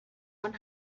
one